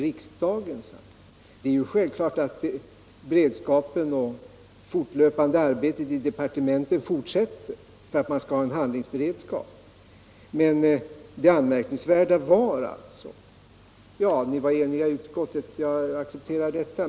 Det är självklart att beredskapen och det fortlöpande arbetet i departementet fortsätter. Det måste det göra för att man skall ha en handlingsberedskap.